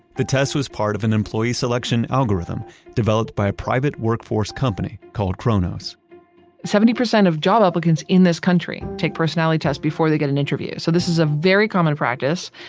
the test was part of an employee selection algorithm developed by a private workforce company called kronos seventy percent of job applicants in this country take personality tests before they get an interview. so this is a very common practice.